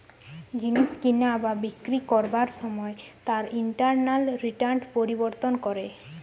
জিনিস কিনা বা বিক্রি করবার সময় তার ইন্টারনাল রিটার্ন পরিবর্তন করে